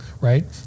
Right